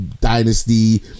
Dynasty